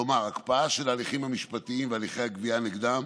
כלומר הקפאה של ההליכים המשפטיים והליכי הגבייה נגדם,